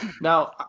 now